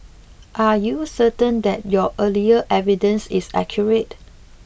are you certain that your earlier evidence is accurate